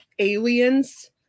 aliens